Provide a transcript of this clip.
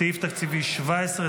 סעיף תקציבי 17,